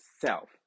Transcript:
self